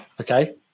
Okay